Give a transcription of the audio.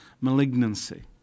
malignancy